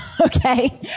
Okay